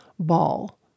ball